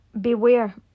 Beware